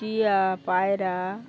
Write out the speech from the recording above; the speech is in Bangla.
টিয়া পায়রা